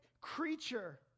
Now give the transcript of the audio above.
creature